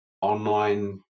online